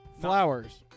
Flowers